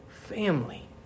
family